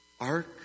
Ark